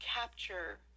capture